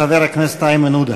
חבר הכנסת איימן עודה.